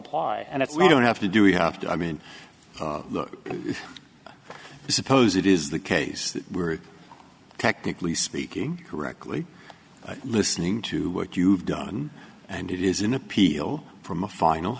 apply and if we don't have to do we have to i mean suppose it is the case that we're technically speaking correctly listening to what you've done and it is an appeal from a final